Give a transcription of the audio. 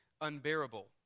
unbearable